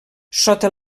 sota